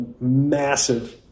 massive